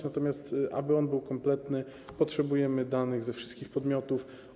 Natomiast aby on był kompletny, potrzebujemy danych ze wszystkich podmiotów.